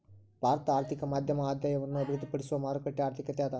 ಭಾರತದ ಆರ್ಥಿಕತೆ ಮಧ್ಯಮ ಆದಾಯವನ್ನ ಅಭಿವೃದ್ಧಿಪಡಿಸುವ ಮಾರುಕಟ್ಟೆ ಆರ್ಥಿಕತೆ ಅದ